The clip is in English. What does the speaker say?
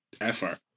effort